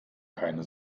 keine